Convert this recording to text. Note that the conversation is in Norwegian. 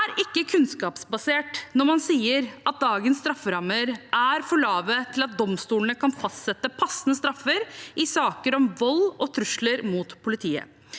Det er ikke kunnskapsbasert når man sier at dagens strafferammer er for lave til at domstolene kan fastsette passende straffer i saker om vold og trusler mot politiet.